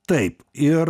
taip ir